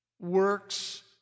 works